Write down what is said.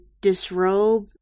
disrobe